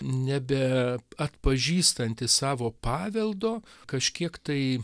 nebe atpažįstanti savo paveldo kažkiek tai